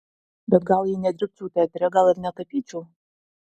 bet gal jei nedirbčiau teatre gal ir netapyčiau